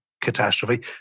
catastrophe